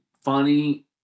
Funny